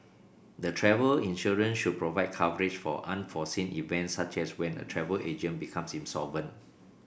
the travel insurance should provide coverage for unforeseen events such as when a travel agent becomes insolvent